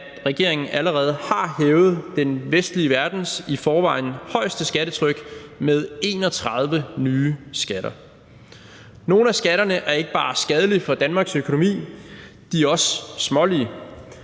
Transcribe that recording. at regeringen allerede har hævet den vestlige verdens i forvejen højeste skattetryk med 31 nye skatter. Nogle af skatterne er ikke bare skadelige for Danmarks økonomi, de er også smålige.